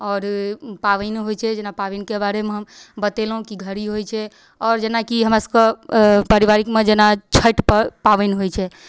आओर पाबनि होइ छै जेना पाबनिके बारेमे हम बतेलहुँ कि घड़ी होइ छै आओर जेनाकि हमरासबके पारिवारिकमे जेना छठि पर्व पाबनि होइ छै